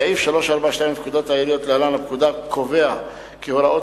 סעיף 342 לפקודת העיריות קובע כי הוראות